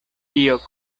kio